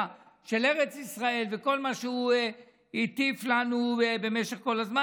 של ארץ ישראל וכל מה שהוא הטיף לנו במשך כל הזמן.